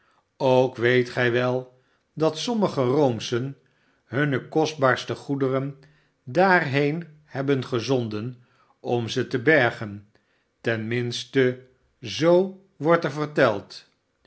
ook weet gij wel dat sommige roomschen hunne kostbaarste goederen daarheen hebben gezonden om ze te bergen ten minste zoo wordt er verteld